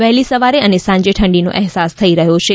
વહેલી સવારે અને સાંજે ઠંડીનો અહેસાસ થઇ રહ્યો છે